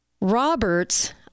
Roberts